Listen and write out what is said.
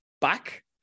back